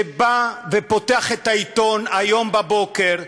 שבא ופותח את העיתון היום בבוקר,